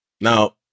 Now